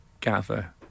gather